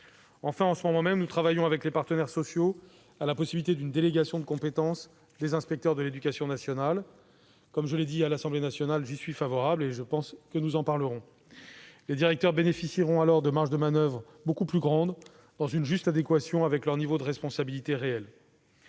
Enfin, en ce moment même, nous travaillons avec les partenaires sociaux sur la possibilité d'une délégation de compétences des inspecteurs de l'éducation nationale. Comme je l'ai dit à l'Assemblée nationale, j'y suis favorable ; nous en reparlerons sans doute. Les directeurs bénéficieraient alors de marges de manoeuvre beaucoup plus grandes, dans une juste adéquation avec leur niveau de responsabilité réel.